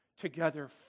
together